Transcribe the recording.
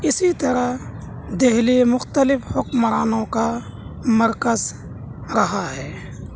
اسی طرح دہلی مختلف حکمرانوں کا مرکز رہا ہے